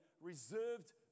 reserved